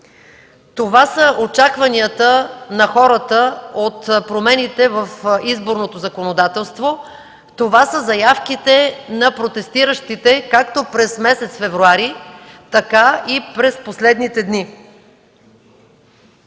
Това са очакванията на хората от промените в изборното законодателство, това са заявките на протестиращите както през месец февруари, така и през последните дни.